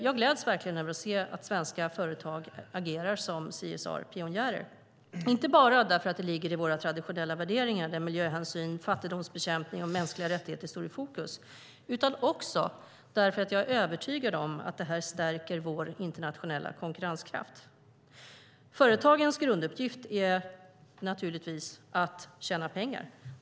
Jag gläds verkligen åt att se att svenska företag agerar som CSR-pionjärer, inte bara för att det ligger i våra traditionella värderingar där miljöhänsyn, fattigdomsbekämpning och mänskliga rättigheter står i fokus utan också för att jag är övertygad om att detta stärker vår internationella konkurrenskraft. Företagens grunduppgift är naturligtvis att tjäna pengar.